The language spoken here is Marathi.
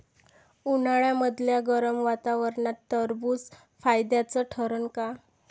उन्हाळ्यामदल्या गरम वातावरनात टरबुज फायद्याचं ठरन का?